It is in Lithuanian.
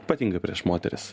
ypatingai prieš moteris